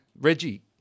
Reggie